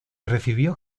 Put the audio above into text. recibió